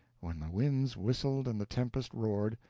when the winds whistled and the tempest roared,